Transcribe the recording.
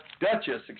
Duchess